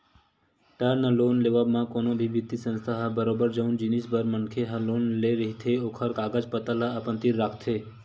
term loan लेवब म कोनो भी बित्तीय संस्था ह बरोबर जउन जिनिस बर मनखे ह लोन ले रहिथे ओखर कागज पतर ल अपन तीर राखथे